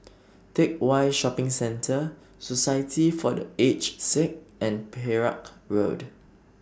Teck Whye Shopping Centre Society For The Aged Sick and Perak Road